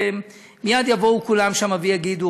מייד יבואו כולם שם ויגידו,